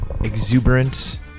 exuberant